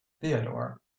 theodore